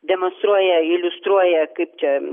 demonstruoja iliustruoja kaip čia